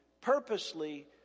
purposely